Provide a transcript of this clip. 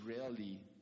rarely